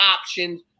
options